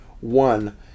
one